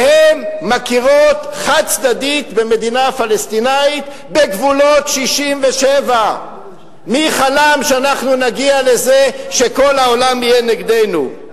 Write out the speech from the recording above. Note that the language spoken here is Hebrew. שמכירות חד-צדדית במדינה פלסטינית בגבולות 67'. מי חלם שאנחנו נגיע לזה שכל העולם יהיה נגדנו?